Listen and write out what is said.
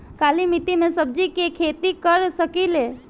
काली मिट्टी में सब्जी के खेती कर सकिले?